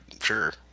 Sure